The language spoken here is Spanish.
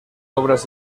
obras